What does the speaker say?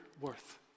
worth